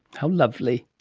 how lovely.